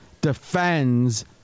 defends